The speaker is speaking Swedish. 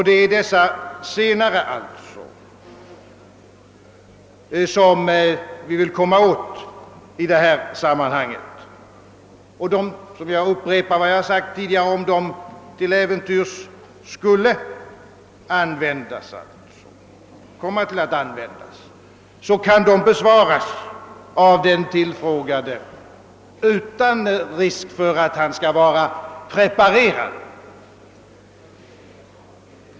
Det är de senare testen vi vill komma åt i detta sammanhang. Om de till äventyrs skulle komma att användas — jag upprepar nu vad jag tidigare sagt — så kan de besvaras av den tillfrågade utan att hans eventuella förhandskunskap om den är till förfång.